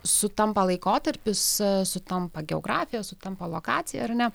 sutampa laikotarpis sutampa geografijos sutampa lokacija ar ne